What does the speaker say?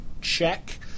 Check